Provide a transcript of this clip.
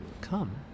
come